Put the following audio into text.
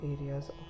areas